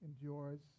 endures